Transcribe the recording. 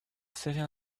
sitting